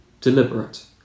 deliberate